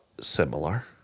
similar